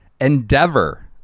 endeavor